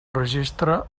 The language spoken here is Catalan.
registre